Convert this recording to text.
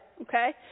okay